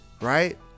right